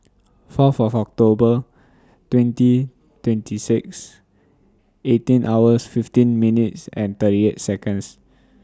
four four of October twenty twenty six eighteen hours fifteen minutes and thirty eight Seconds